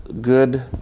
good